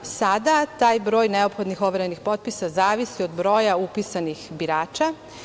Sada taj broj neophodnih overenih potpisa zavisi od broja upisanih birača.